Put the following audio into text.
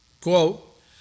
quote